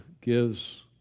gives